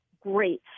great